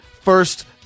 first